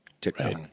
TikTok